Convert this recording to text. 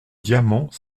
diamants